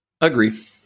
Agree